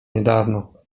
niedawno